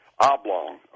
oblong